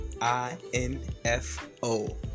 I-N-F-O